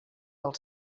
del